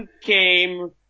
came